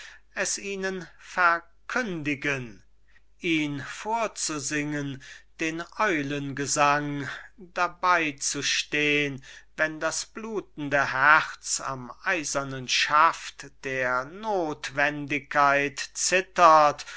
es ihnen verkündigen ihn vorzusingen den eulengesang dabei stehn wenn das blutende herz am eisernen schaft der nothwendigkeit zittert